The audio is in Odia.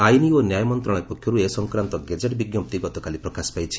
ଆଇନ୍ ଓ ନ୍ୟାୟ ମନ୍ତ୍ରଣାଳୟ ପକ୍ଷରୁ ଏ ସଂକ୍ରାନ୍ତ ଗେଜେଟ୍ ବିଜ୍ଞପ୍ତି ଗତକାଲି ପ୍ରକାଶ ପାଇଛି